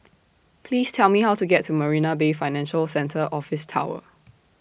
Please Tell Me How to get to Marina Bay Financial Centre Office Tower